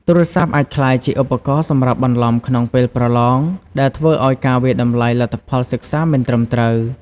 ទូរស័ព្ទអាចក្លាយជាឧបករណ៍សម្រាប់បន្លំក្នុងពេលប្រឡង ដែលធ្វើឲ្យការវាយតម្លៃលទ្ធផលសិក្សាមិនត្រឹមត្រូវ។